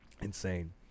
Insane